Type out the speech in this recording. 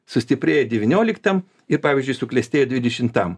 sustiprėjo devynioliktam ir pavyzdžiui suklestėjo dvidešimtam